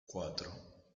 cuatro